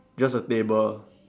just a table